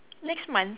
next month